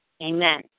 Amen